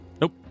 Nope